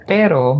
pero